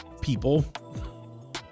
people